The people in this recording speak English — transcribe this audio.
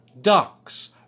ducks